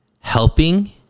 helping